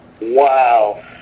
Wow